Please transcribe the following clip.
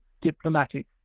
diplomatic